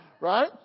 Right